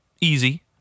easy